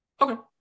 Okay